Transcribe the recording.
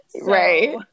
Right